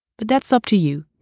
but that's up to you.